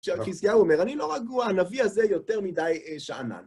כשחזקיהו אומר, אני לא רגוע, הנביא הזה יותר מדי שאנן.